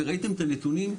וראיתם את הנתונים,